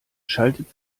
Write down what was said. schaltet